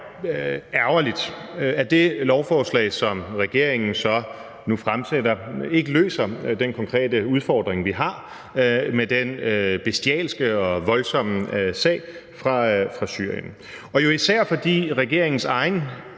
ærgerligt, at det lovforslag, som regeringen så nu fremsætter, ikke løser den konkrete udfordring, vi har med den bestialske og voldsomme sag fra Syrien, især fordi regeringens egen